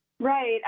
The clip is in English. Right